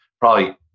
probably-